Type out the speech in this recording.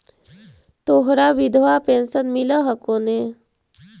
तोहरा विधवा पेन्शन मिलहको ने?